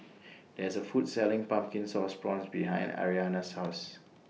There IS A Food Selling Pumpkin Sauce Prawns behind Ariana's House